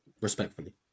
respectfully